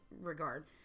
regard